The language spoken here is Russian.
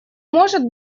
может